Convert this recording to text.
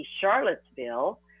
Charlottesville